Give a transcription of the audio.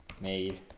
made